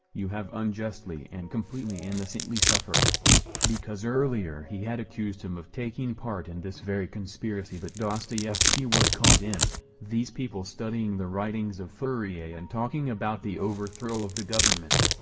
you have unjustly and completely innocently suffered because earlier he had accused him of taking part in this very conspiracy that dostoyevsky was caught in these people studying the writings of fourier and talking about the overthrow of the government.